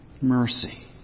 mercy